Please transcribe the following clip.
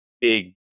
big